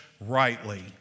rightly